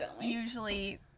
usually